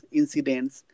incidents